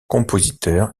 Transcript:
compositeur